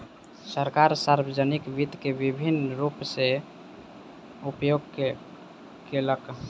सरकार, सार्वजानिक वित्त के विभिन्न रूप सॅ उपयोग केलक